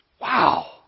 Wow